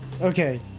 Okay